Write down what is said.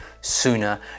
sooner